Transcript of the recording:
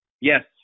Yes